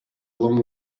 long